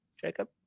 Jacob